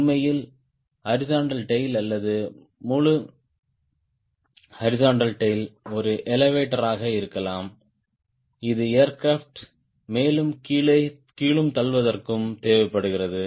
உண்மையில் horizontal tail அல்லது முழு ஹாரிஸ்ன்ட்டல் டேய்ல் ஒரு எலெவடோர் ஆக இருக்கலாம் இது ஏர்கிராப்ட் மேலும் கீழும் தள்ளுவதற்கு தேவைப்படுகிறது